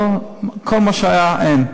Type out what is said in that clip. כל מה שהיה, אין.